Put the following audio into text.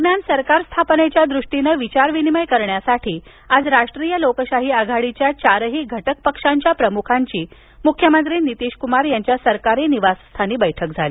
दरम्यान सरकार स्थापनेच्या दृष्टीनं विचारविनिमय करण्यासाठी आज राष्ट्रीय लोकशाही आघाडीच्या चारही घटक पक्षांच्या प्रमुखांची मुख्यमंत्री नितीशकुमार यांच्या सरकारी निवासस्थानी बैठक झाली